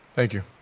thank you,